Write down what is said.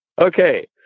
Okay